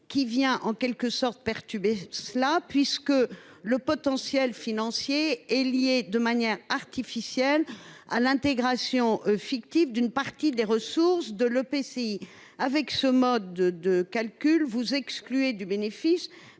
un artifice vient perturber le dispositif : le potentiel financier est lié de manière artificielle à l'intégration fictive d'une partie des ressources de l'EPCI. Avec ce mode de calcul, on exclut du bénéfice